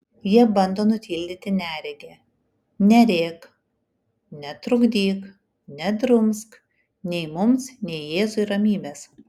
jie bando nutildyti neregį nerėk netrukdyk nedrumsk nei mums nei jėzui ramybės